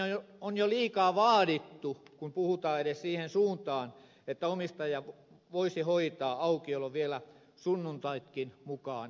mielestäni on jo liikaa vaadittu kun puhutaan edes siihen suuntaan että omistaja voisi hoitaa aukiolon vielä sunnuntaitkin mukaan lukien